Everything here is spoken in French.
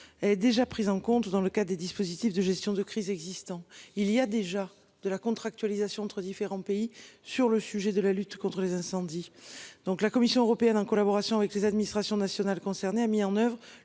est déjà prise en compte dans le cas des dispositifs de gestion de crise existant. Il y a déjà de la contractualisation entre différents pays sur le sujet de la lutte contre les incendies. Donc la Commission européenne en collaboration avec les administrations nationales concernées a mis en oeuvre